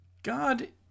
God